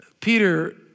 Peter